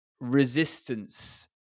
resistance